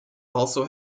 also